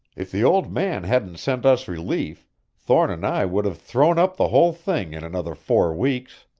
if the old man hadn't sent us relief thorne and i would have thrown up the whole thing in another four weeks.